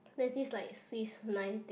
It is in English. there's this like Swiss knife thing